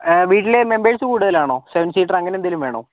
വീട്ടില് മെംബേർസ് കൂടുതലാണോ seven seater അങ്ങനെന്തേലും വേണോ